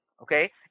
okay